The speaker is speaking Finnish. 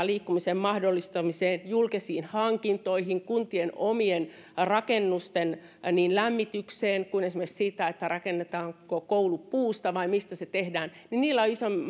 liikkumisen mahdollistamiseen julkisiin hankintoihin kuntien omien rakennusten lämmitykseen tai esimerkiksi kysymykseen siitä rakennetaanko koulu puusta vai mistä se tehdään on iso